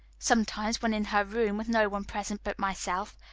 sometimes, when in her room, with no one present but myself,